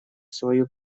свою